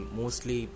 mostly